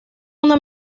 una